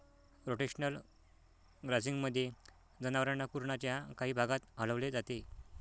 rotational ग्राझिंगमध्ये, जनावरांना कुरणाच्या काही भागात हलवले जाते